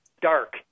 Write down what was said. dark